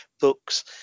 books